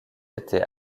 été